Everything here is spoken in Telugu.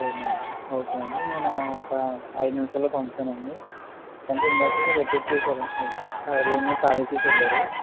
ఫోర్ నాట్ ఓకే అండి నేను ఒక ఐదు నిమిషాల్లో పంపుతానండి అంటే ఇందాకే వెకేట్ చేశారు అది రూమ్ ని ఖాళీ చేసి వెళ్లారు